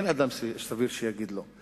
אין אדם סביר שיגיד לא.